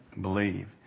believe